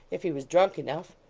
if he was drunk enough.